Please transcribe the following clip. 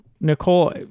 nicole